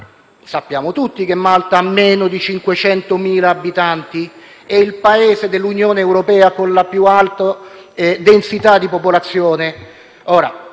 sappiamo tutti che Malta ha meno di 500.000 abitanti e che è il Paese dell'Unione europea con la più alta densità di popolazione.